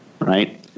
Right